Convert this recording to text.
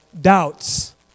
doubts